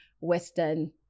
Western